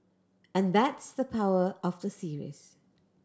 and that's the power of the series